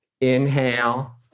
Inhale